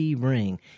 RING